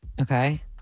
Okay